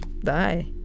die